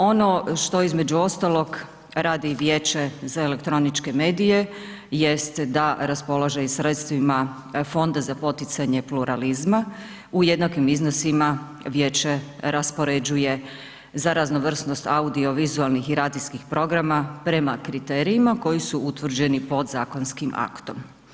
Ono što između ostalog radi Vijeće za elektroničke medije jest da raspolaže i sredstvima Fonda za poticanje pluralizma u jednakim iznosima vijeće raspoređuje za raznovrsnost audiovizualnih i radijskih programa prema kriterijima koji su utvrđeni podzakonskim aktom.